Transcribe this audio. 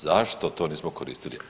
Zašto to nismo koristili?